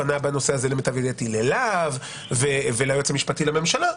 פנה בנושא הזה למיטב ידיעתי ללהב וליועץ המשפטי לממשלה.